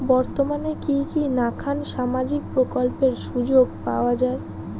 বর্তমানে কি কি নাখান সামাজিক প্রকল্পের সুযোগ পাওয়া যায়?